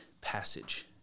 passage